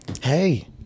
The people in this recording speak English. Hey